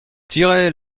tirez